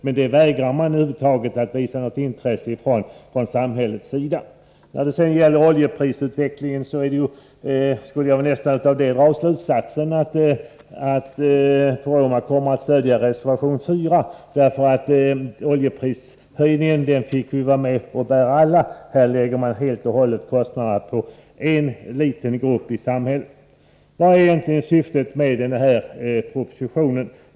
Men det vägrar man att över huvud taget visa något intresse för från samhällets sida. I fråga om oljeprisutvecklingen skulle jag nästan vilja dra slutsatsen att Bruno Poromaa kommer att stödja reservation 4. Oljeprishöjningen fick vi alla vara med och bära. I propositionen lägger man kostnaderna helt och hållet på en liten grupp i samhället. Vad är egentligen syftet med propositionen?